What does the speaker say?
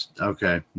okay